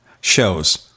shows